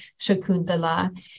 Shakuntala